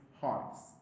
hearts